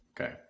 Okay